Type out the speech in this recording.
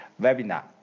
webinar